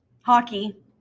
Hockey